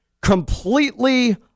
completely